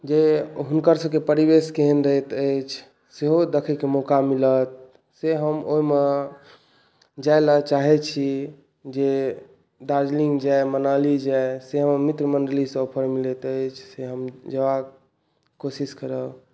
जे हुनकर सभकेँ परिवेश केहन रहैत अछि सेहो देखैके मौका मिलल से हम ओहिमे जाय लेल चाहैत छी जे दार्जलिंग जाय मनाली जाय से हमर मित्र मण्डली सॅं ऑफर मिलैत अछि से हम जैबाक कोशिश करब